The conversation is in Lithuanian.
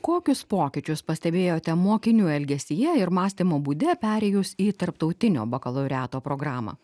kokius pokyčius pastebėjote mokinių elgesyje ir mąstymo būde perėjus į tarptautinio bakalaureato programą